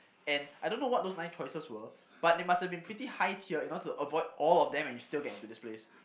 and I don't know what those nine choices were but it must have been pretty high tier you know to avoid all of them and you still get into this place